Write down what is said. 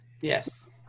Yes